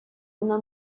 una